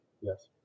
Yes